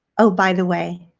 oh by the way,